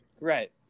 Right